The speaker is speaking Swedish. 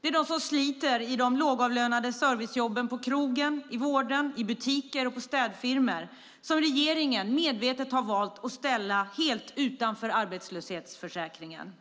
Det är de som sliter i lågavlönade servicejobben på krogen, i vården, i butiker och på städfirmor som regeringen medvetet har valt att ställa helt utanför arbetslöshetsförsäkringen.